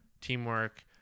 teamwork